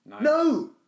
No